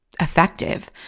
effective